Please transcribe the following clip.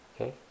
okay